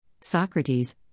Socrates